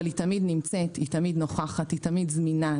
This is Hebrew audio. אבל היא תמיד נמצאת, נוכחת, זמינה.